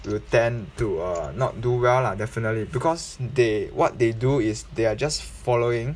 will tend to uh not do well lah definitely because they what they do is they are just following